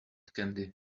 candy